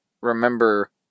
remember